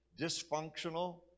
dysfunctional